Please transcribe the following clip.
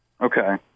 Okay